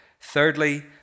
Thirdly